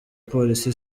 police